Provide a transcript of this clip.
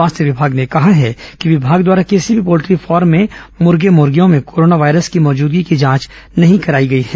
स्वास्थ्य विमाग ने कहा है कि विमाग द्वारा किसी भी पोल्ट्री फॉर्मे में मूर्गे मूर्गियों में कोरोना वायरस की मौजूदगी की जांच नहीं कराई गई है